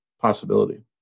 possibility